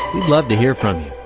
we'd love to hear from you.